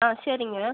on சரிங்க